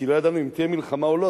כי לא ידענו אם תהיה מלחמה או לא,